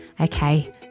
Okay